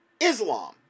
Islam